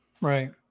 Right